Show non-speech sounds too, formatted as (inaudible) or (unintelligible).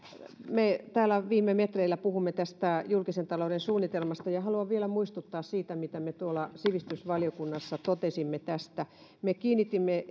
me täällä viime metreillä puhumme tästä julkisen talouden suunnitelmasta ja haluan vielä muistuttaa siitä mitä me tuolla sivistysvaliokunnassa totesimme tästä me kiinnitimme (unintelligible)